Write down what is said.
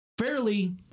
Fairly